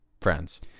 friends